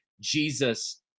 jesus